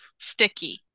Sticky